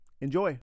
Enjoy